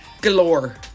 galore